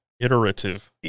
Iterative